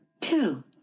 Two